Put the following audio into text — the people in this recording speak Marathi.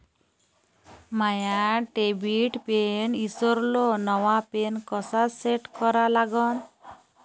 माया डेबिट पिन ईसरलो, नवा पिन कसा सेट करा लागन?